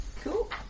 Cool